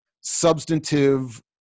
substantive